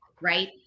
right